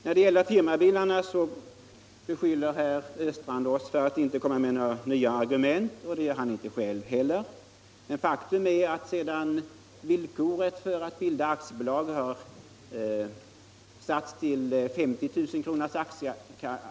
När det gäller firmabilarna beskyller herr Östrand oss för att inte komma med några nya argument. Det gör han inte själv heller. Men i och med att villkoret för att bilda aktiebolag blivit 50 000 kr.